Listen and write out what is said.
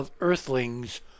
earthlings